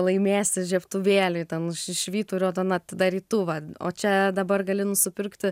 laimėsi žiebtuvėlį ten š švyturio ten atidarytų o čia dabar gali nusipirkti